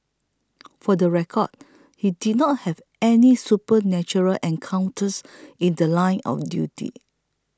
for the record he did not have any supernatural encounters in The Line of duty